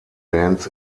bands